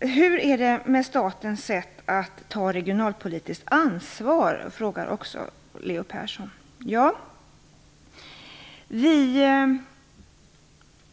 Hur är det med statens sätt att ta regionalpolitiskt ansvar? frågar Leo Persson. Ja, vi